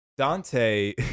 Dante